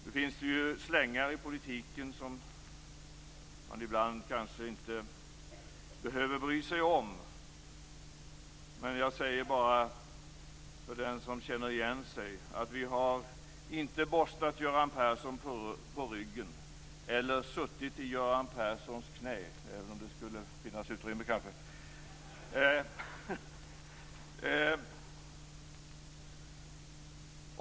Det finns slängar i politiken som man ibland kanske inte behöver bry sig om. Men till den som känner igen sig säger jag att vi inte har borstat Göran Persson på ryggen eller suttit i hans knä, även om det kanske skulle finnas utrymme.